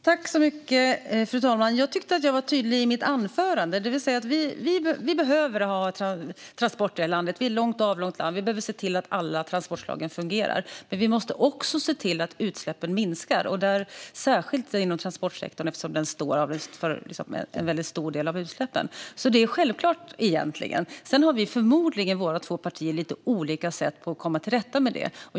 Fru talman! Jag tyckte att jag var tydlig i mitt anförande. Vi behöver ha transporter här i landet. Vi är ett avlångt land och behöver se till att alla transportslagen fungerar. Men vi måste också se till att utsläppen minskar, särskilt inom transportsektorn eftersom den står för en väldigt stor del av utsläppen. Det är egentligen självklart; sedan har våra två partier förmodligen lite olika sätt att komma till rätta med det.